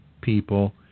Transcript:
people